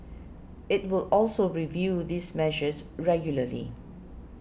it will also review these measures regularly